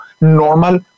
normal